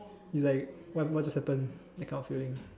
is like what what just happen that kind of feeling